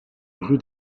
rue